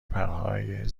پرهای